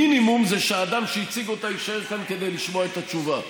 המינימום זה שהאדם שהציג אותה יישאר כאן כדי לשמוע את התשובה.